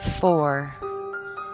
four